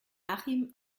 achim